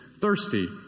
thirsty